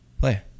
Play